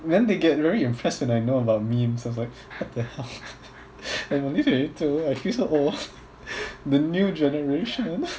then they get very impressed when I know about memes I was like what the hell I'm only twenty two I feel so old the new generation